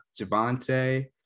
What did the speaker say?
Javante